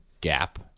gap